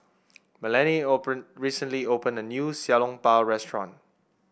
Melany recently opened a new Xiao Long Bao restaurant